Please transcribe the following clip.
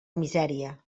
misèria